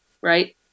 right